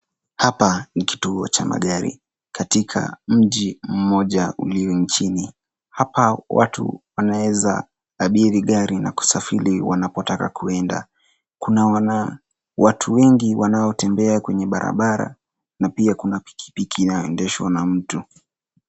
Hapa ni kituo cha magari katika mji moja ulio nchini . Hapa watu wanaweza abiri gari na kusafiri wanapotaka kuenda . Kuna watu wengi wanaotembea kwenye barabara na pia kuna pikipiki inayoendeshwa na mtu.